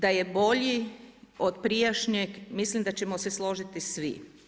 Da je bolji od prijašnjeg, mislim da ćemo se složiti svi.